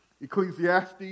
Ecclesiastes